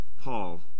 Paul